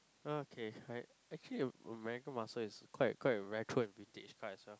okay I actually American muscle is quite quite a retro and British car as well